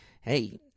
hey